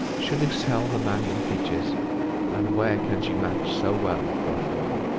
should excel the man in features and where can she match so well for a foil?